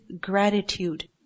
gratitude